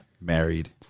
Married